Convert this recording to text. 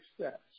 success